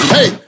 Hey